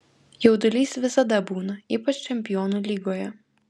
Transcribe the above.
jaudulys visada būna ypač čempionų lygoje